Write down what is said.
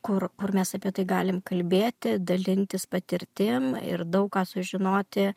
kur kur mes apie tai galim kalbėti dalintis patirtim ir daug ką sužinoti